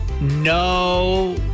No